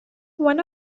one